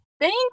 Thank